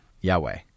Yahweh